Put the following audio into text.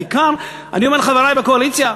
בעיקר אני אומר לחברי בקואליציה: